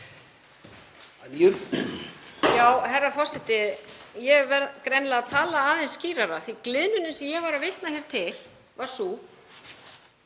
Herra forseti. Ég verð greinilega að tala aðeins skýrara því að gliðnunin sem ég var að vitna hér til var sú